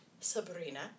Sabrina